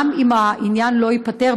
גם אם העניין לא ייפתר,